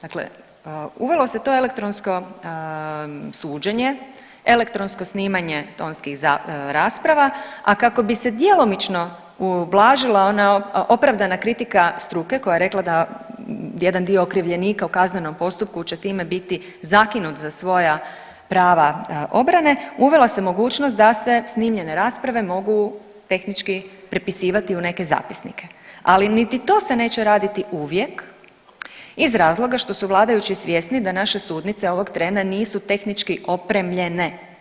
Dakle, uvelo se to elektronsko suđenje, elektronsko snimanje tonskih rasprava, a kako bi se djelomično ublažila ona opravdana kritika struke koja je rekla da jedan dio okrivljenika u kaznenom postupku će time biti zakinut za svoja pravo obrane, uvela se mogućost da se snimljene rasprave mogu tehnički prepisivati u neke zapisnike, ali niti to se neće raditi uvijek iz razloga što su vladajući svjesni da naše sudnice ovog trena nisu tehnički opremljene.